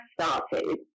started